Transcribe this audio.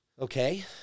Okay